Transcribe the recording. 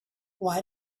why